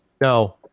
No